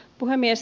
puhemies